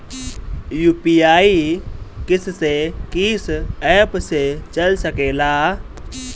UPI किस्से कीस app से चल सकेला?